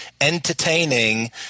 entertaining